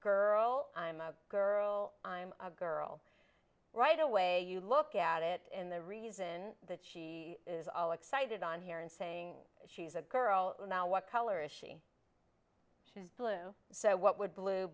girl i'm a girl i'm a girl right away you look at it in the reason that she is all excited on here and saying she's a girl now what color is she blue so what would blue